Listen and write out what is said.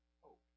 hope